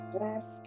Yes